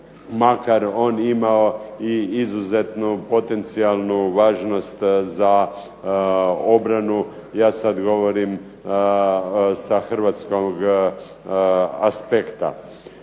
Makar on imao i izuzetnu potencijalnu važnost za obranu. Ja sad govorim sa hrvatskog aspekta.